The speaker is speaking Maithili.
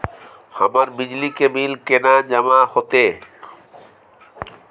हमर बिजली के बिल केना जमा होते?